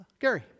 Gary